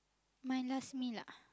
minus me lah